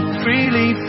freely